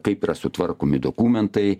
kaip yra sutvarkomi dokumentai